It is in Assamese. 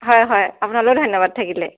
হয় হয় আপোনালৈয়ো ধন্যবাদ থাকিলে